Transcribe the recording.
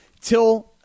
till